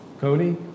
Cody